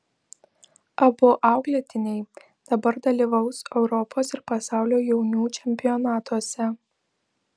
abu auklėtiniai dabar dalyvaus europos ir pasaulio jaunių čempionatuose